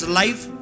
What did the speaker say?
life